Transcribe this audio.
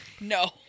No